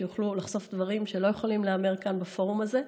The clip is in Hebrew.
שיוכלו לחשוף דברים שלא יכולים להיאמר כאן בפורום הזה.